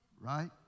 Right